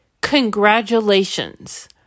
congratulations